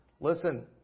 Listen